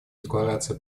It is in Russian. декларации